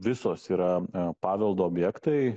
visos yra paveldo objektai